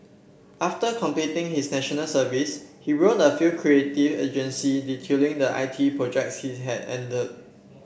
after completing his National Service he wrote a few creative agencies detailing the I T projects he had handled